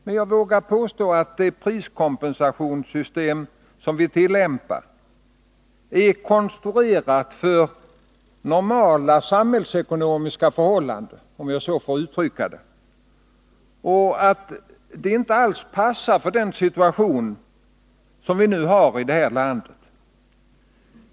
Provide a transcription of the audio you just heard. Men jag vågar påstå att det priskompensationssystem som vi tillämpar är konstruerat för normala samhällsekonomiska förhållanden — om jag så får uttrycka mig — och inte alls passar för den situation som vi nu har i landet.